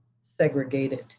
segregated